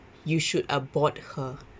you should abort her